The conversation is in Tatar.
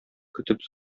көтеп